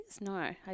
No